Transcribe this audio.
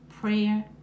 prayer